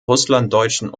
russlanddeutschen